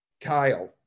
Kyle